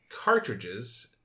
cartridges